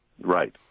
Right